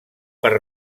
per